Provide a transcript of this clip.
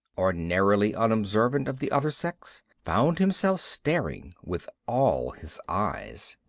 ordinarily unobservant of the other sex, found himself staring with all his eyes.